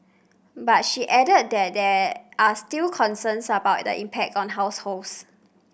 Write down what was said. but she added that there are still concerns about the impact on households